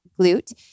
glute